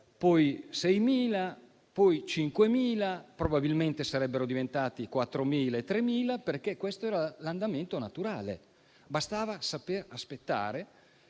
poi 6.000, poi 5.000. Probabilmente, sarebbero diventati 4.000 e poi 3.000, perché questo era l'andamento naturale. Bastava saper